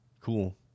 Cool